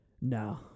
No